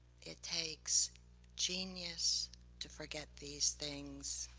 it takes genius to forget these things.